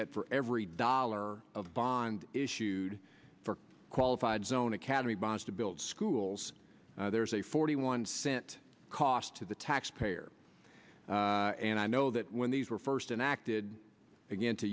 that for every dollar of bond issued for qualified zone academy bonds to build schools there is a forty one cent cost to the taxpayer and i know that when these were first enacted again to